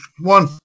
one